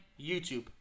YouTube